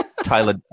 Tyler